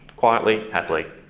quietly. happily.